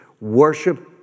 worship